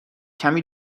کمی